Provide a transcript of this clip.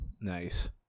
nice